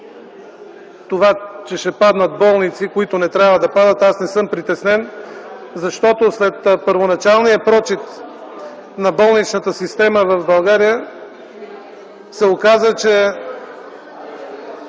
че ще отпаднат болници, които не трябва да отпадат. Аз не съм притеснен, защото след първоначалния прочит на болничната система в България се оказа, че